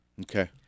Okay